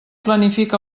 planifica